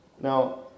Now